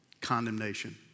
condemnation